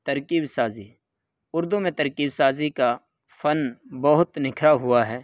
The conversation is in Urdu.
ترکیب سازی اردو میں ترکیب سازی کا فن بہت نکھرا ہوا ہے